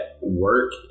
work